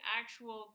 actual